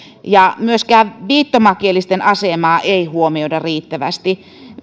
myöskään viittomakielisten asemaa ei huomioida riittävästi